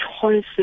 choices